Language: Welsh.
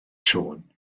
siôn